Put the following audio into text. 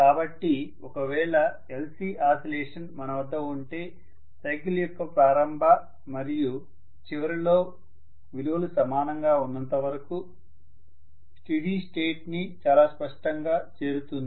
కాబట్టి ఒకవేళ LC oscillation మన వద్ద ఉంటే సైకిల్ యొక్క ప్రారంభం మరియు చివరలో విలువలు సమానంగా ఉన్నంతవరకు స్టీడి స్టేట్ ని చాలా స్పష్టంగా చేరుతుంది